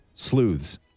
sleuths